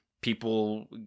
people